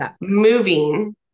moving